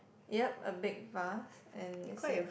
yup a big vase and it said